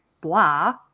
blah